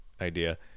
idea